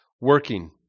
working